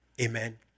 amen